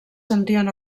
sentien